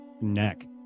neck